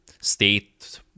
state